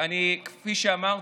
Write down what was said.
כפי שאמרתי,